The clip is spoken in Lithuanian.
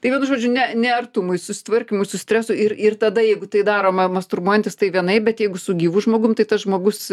tai vienu žodžiu ne ne artumui susitvarkymui su stresu ir ir tada jeigu tai daroma masturbuojantis tai vienaip bet jeigu su gyvu žmogum tai tas žmogus